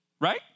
Right